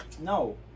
No